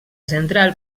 central